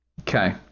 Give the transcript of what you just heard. Okay